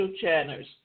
channels